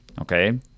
okay